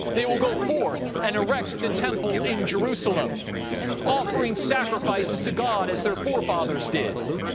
they will go forth and erect the temple in jerusalem offering sacrifices to god as their forefathers did.